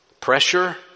Pressure